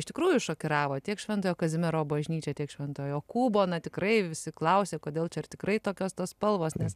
iš tikrųjų šokiravo tiek šventojo kazimiero bažnyčia tiek švento jokūbo na tikrai visi klausė kodėl čia ar tikrai tokios tos spalvos nes